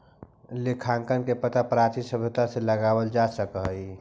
लेखांकन के पता प्राचीन सभ्यता से लगावल जा सकऽ हई